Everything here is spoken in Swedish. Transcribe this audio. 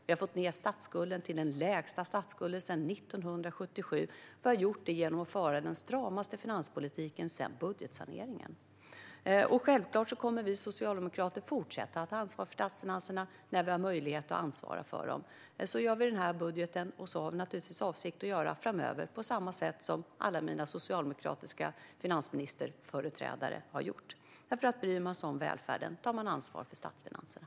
Vi har fått ned statsskulden till den lägsta statsskulden sedan 1977. Vi har gjort det genom att föra den stramaste finanspolitiken sedan budgetsaneringen. Självklart kommer vi socialdemokrater att fortsätta att ansvara för statsfinanserna när vi har möjlighet att ansvara för dem. Så gör vi i den här budgeten, och så har vi avsikt att göra framöver på samma sätt som alla mina socialdemokratiska finansministerföreträdare har gjort. Bryr man sig om välfärden tar man ansvar för statsfinanserna.